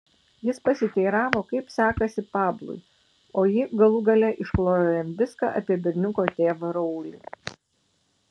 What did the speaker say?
jis pasiteiravo kaip sekasi pablui o ji galų gale išklojo jam viską apie berniuko tėvą raulį